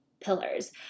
pillars